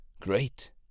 great